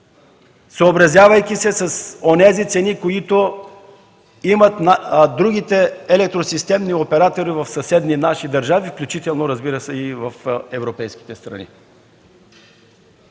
съобразявайки се с онези цени, които имат другите електросистемни оператори в съседни наши държави, включително, разбира се, и в европейските страни.